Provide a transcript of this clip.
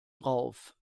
drauf